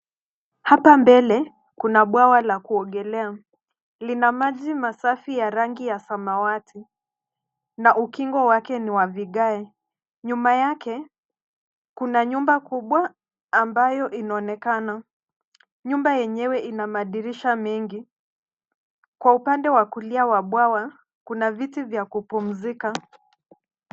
Hapa mbele kuna bwawa la kuogelea. Lina maji masafi ya rangi ya samawati na ukingo wake ni wa vigae. Nyuma yake kuna nyumba kubwa ambayo inaonekana, nyumba yenyewe ina madirisha mengi. Kwa upande wa kulia wa bwawa, kuna viti vya kupumzika.